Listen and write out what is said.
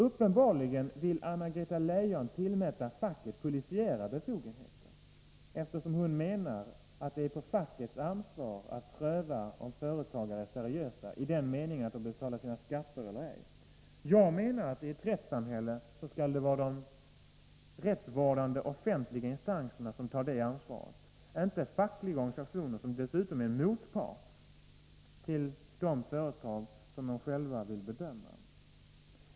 Uppenbarligen vill Anna-Greta Leijon tillmäta facket polisiära befogenheter, eftersom hon menar att det ankommer på facket att pröva om företagare är seriösa i den meningen att de betalar sina skatter. Jag menar att det i ett rättssamhälle skall vara de rättsvårdande offentliga instanserna som tar det ansvaret, inte fackliga organisationer, som dessutom är motparter till de företag de själva vill bedöma.